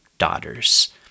daughters